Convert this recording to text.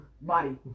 Body